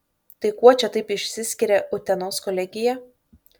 tai kuo čia taip išsiskiria utenos kolegija